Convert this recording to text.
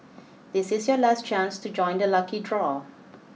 this is your last chance to join the lucky draw